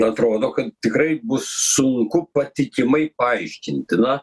atrodo kad tikrai bus sunku patikimai paaiškinti na